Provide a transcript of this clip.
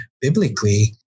biblically